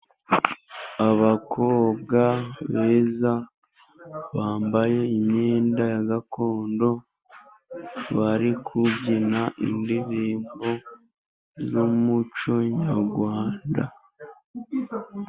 Abakobwa beza, bambaye imyenda ya gakondo, bari kubyina indirimbo z'umuco nyarwanda.